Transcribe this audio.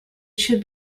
should